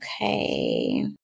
Okay